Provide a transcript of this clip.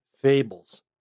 fables